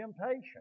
temptation